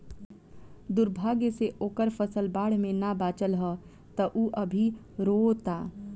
दुर्भाग्य से ओकर फसल बाढ़ में ना बाचल ह त उ अभी रोओता